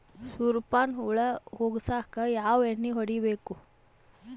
ಸುರ್ಯಪಾನ ಹುಳ ಹೊಗಸಕ ಯಾವ ಎಣ್ಣೆ ಹೊಡಿಬೇಕು?